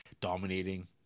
dominating